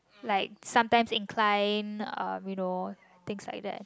like sometime incline you know things like that